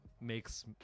makes